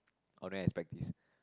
I will never expect this